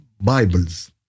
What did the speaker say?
Bibles